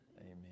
amen